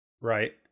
right